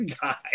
guy